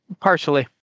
Partially